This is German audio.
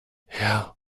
herr